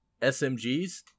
SMGs